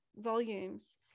volumes